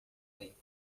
tempo